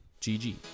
gg